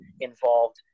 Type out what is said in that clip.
involved